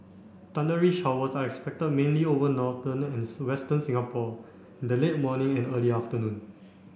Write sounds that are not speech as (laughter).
thundery showers are expected mainly over northern and (unintelligible) western Singapore in the late morning and early afternoon